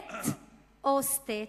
state או trait?